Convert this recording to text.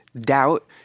doubt